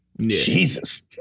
Jesus